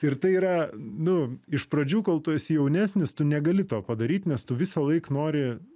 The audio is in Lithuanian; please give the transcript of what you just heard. ir tai yra nu iš pradžių kol tu esi jaunesnis tu negali to padaryt nes tu visąlaik nori